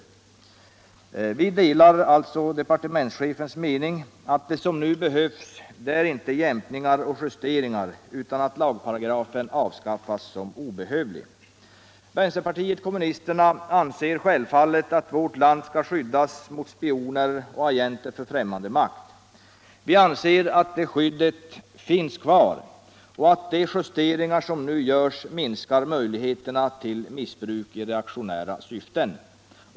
Vi delar alltså departementschefens mening att det som behövs inte är jämkningar och justeringar, utan att lagparagrafen avskaffas som obehövlig. Vänsterpartiet kommunisterna anser självfallet att vårt land skall skyddas mot spioner och agenter för främmande makt. Vi anser att det skyddet finns kvar och att de justeringar som nu görs minskar möjligheterna till missbruk i reaktionära syften.